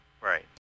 Right